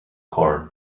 corn